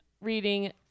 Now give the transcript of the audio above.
reading